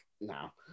now